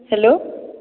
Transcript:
hello